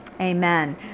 Amen